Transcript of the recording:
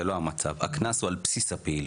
זה לא המצב, הקנס הוא על בסיס הפעילות.